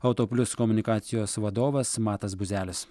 autoplius komunikacijos vadovas matas buzelis